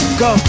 go